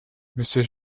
monsieur